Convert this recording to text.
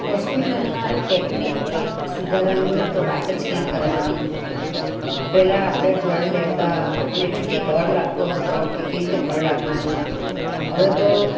હોસ્પિટલના ટેક્નિકની સુધારાની તો વાત જ ક્યાં કરવાની પહેલાં આપણે બ્લડ લેતા આપણને એટલી બધી ડર લાગતો હતો કે કેવી રીતે બ્લડ આપીશું હવે તો